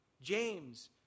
James